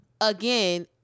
again